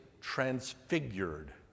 transfigured